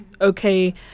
okay